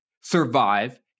survive